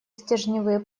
стержневые